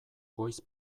goiz